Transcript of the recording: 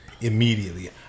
immediately